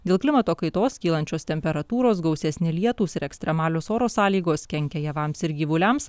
dėl klimato kaitos kylančios temperatūros gausesni lietūs ir ekstremalios oro sąlygos kenkia javams ir gyvuliams